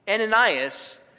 Ananias